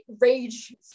rage